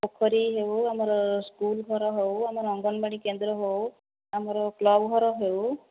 ପୋଖରୀ ହେଉ ଆମର ସ୍କୁଲ ଘର ହେଉ ଆମର ଅଙ୍ଗନବାଡ଼ି କେନ୍ଦ୍ର ହେଉ ଆମର କ୍ଲବ ଘର ହେଉ